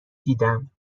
دیدم